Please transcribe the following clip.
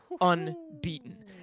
Unbeaten